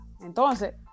Entonces